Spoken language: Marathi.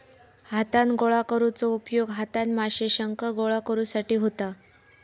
हातान गोळा करुचो उपयोग हातान माशे, शंख गोळा करुसाठी होता